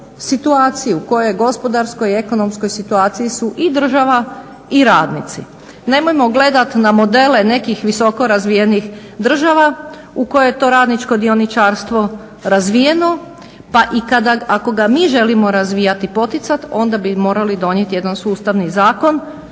situaciji, u kojoj gospodarskoj i ekonomskoj situaciji su i država i radnici. Nemojmo gledati na modele nekih visoko razvijenih država u kojoj je to radničko dioničarstvo razvijeno, pa i ako ga mi želimo razvijati i poticati onda bi morali donijeti jedan sustavni zakon